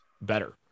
better